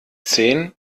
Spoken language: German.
zehn